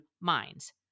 minds